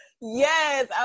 Yes